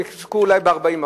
הם יזכו אולי ב-40%.